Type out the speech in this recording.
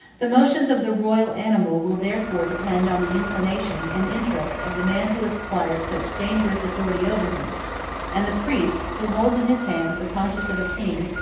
the motions of the royal animal will therefore depend on the inclination, and interest, of the man who has acquired such dangerous authority over him and the priest, who holds in his hands the conscience of a king,